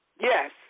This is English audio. Yes